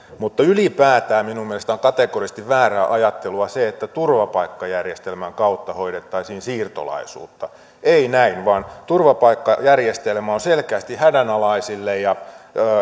mutta ylipäätään minun mielestäni on kategorisesti väärää ajattelua se että turvapaikkajärjestelmän kautta hoidettaisiin siirtolaisuutta ei näin vaan turvapaikkajärjestelmä on selkeästi hädänalaisille ja